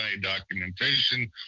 documentation